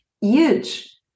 huge